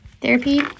therapy